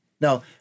Now